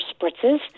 spritzes